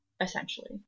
essentially